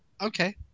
Okay